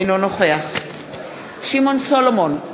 אינו נוכח שמעון סולומון,